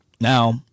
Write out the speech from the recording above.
Now